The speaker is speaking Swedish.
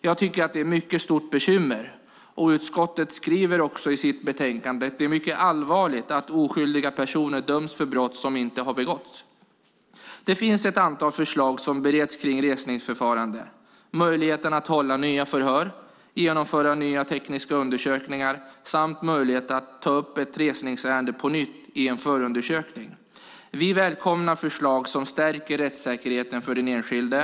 Jag tycker att det är ett stort bekymmer, och utskottet skriver i sitt betänkande att det är mycket allvarligt att oskyldiga personer döms för brott som de inte har begått. Det finns ett antal förslag om resningsförfarande som bereds - möjlighet att hålla nya förhör, att genomföra nya tekniska undersökningar och att på nytt ta upp ett resningsärende i en förundersökning. Vi välkomnar förslag som stärker rättssäkerheten för den enskilde.